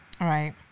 right